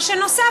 מה שנוסף,